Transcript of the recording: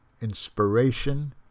Inspiration